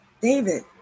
David